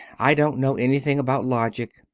i don't know anything about logic.